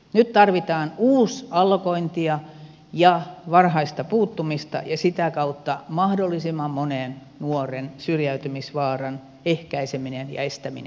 nyt tarvitaan uusallokointia ja varhaista puuttumista ja sitä kautta seurauksena on mahdollisimman monen nuoren syrjäytymisvaaran ehkäiseminen ja estäminen